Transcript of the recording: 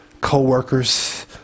coworkers